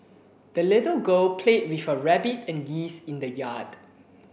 the little girl played with her rabbit and geese in the yard